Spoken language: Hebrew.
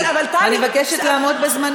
לא, רגע, אבל טלי, אני מבקשת לעמוד בזמנים.